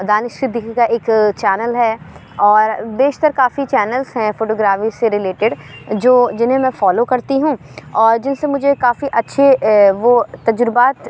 دانش صدیقی کا ایک چینل ہے اور بیشتر کافی چینلس ہیں فوٹوگرافی سے رلیٹڈ جو جنہیں میں فالو کرتی ہوں اور جن سے مجھے کافی اچھے وہ تجربات